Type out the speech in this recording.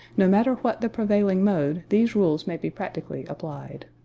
no matter what the prevailing mode these rules may be practically applied.